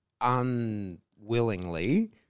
unwillingly